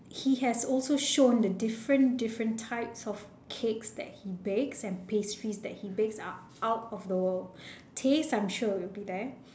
he has also shown the different different types of cakes that he bakes pastries that he bakes are out of the world taste I'm sure it will be there